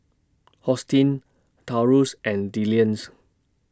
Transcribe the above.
Hosteen Taurus and Dillion's